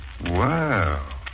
Wow